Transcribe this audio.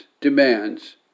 demands